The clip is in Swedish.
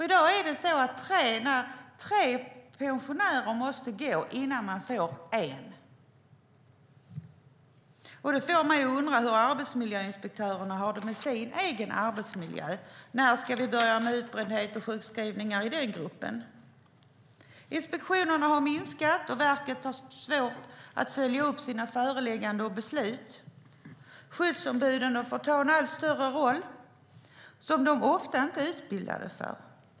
I dag måste tre pensionärer gå innan man får en ny inspektör. Det får mig att undra hur arbetsmiljöinspektörerna har det med sin egen arbetsmiljö. När ska vi börja med utbrändhet och sjukskrivningar i den gruppen? Inspektionerna har minskat, och verket har svårt att följa upp sina förelägganden och beslut. Skyddsombuden har fått ta en allt större roll, som de ofta inte är utbildade för.